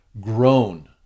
grown